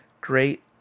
great